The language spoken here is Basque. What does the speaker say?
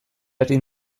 ezin